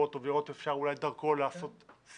אותו ולראות אם אפשר אולי דרכו לעשות שכל,